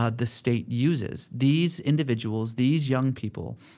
ah the state uses. these individuals, these young people,